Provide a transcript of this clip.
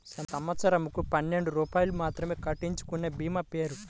సంవత్సరంకు పన్నెండు రూపాయలు మాత్రమే కట్టించుకొనే భీమా పేరు?